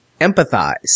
empathize